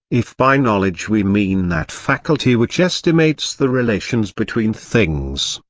if by knowledge we mean that faculty which estimates the relations between things,